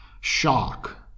shock